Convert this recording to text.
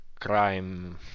crime